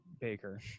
Baker